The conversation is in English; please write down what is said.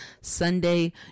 Sunday